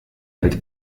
alt